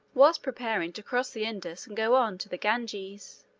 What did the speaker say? was preparing to cross the indus and go on to the ganges.